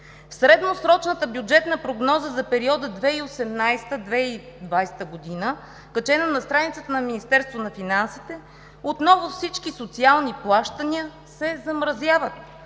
В средносрочната бюджетна прогноза за периода 2018–2020 г., качена на страницата на Министерството на финансите, отново всички социални плащания се замразяват.